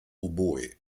oboe